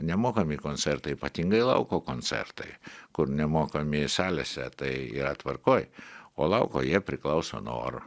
nemokami koncertai ypatingai lauko koncertai kur nemokami salėse tai yra tvarkoj o lauko jie priklauso nuo oro